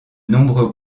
nombreux